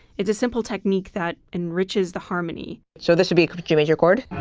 it's a simple technique that enriches the harmony. so this will be a g major chord.